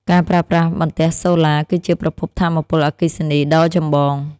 ការប្រើប្រាស់បន្ទះសូឡាគឺជាប្រភពថាមពលអគ្គិសនីដ៏ចម្បង។